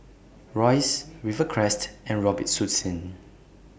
Royce Rivercrest and Robitussin